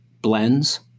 blends